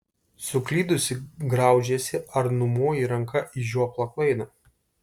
suklydusi graužiesi ar numoji ranka į žioplą klaidą